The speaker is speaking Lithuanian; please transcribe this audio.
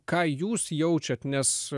ką jūs jaučiat nes